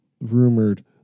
rumored